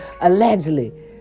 Allegedly